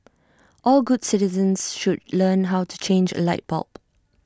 all good citizens should learn how to change A light bulb